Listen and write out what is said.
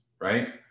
right